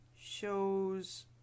shows